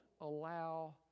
allow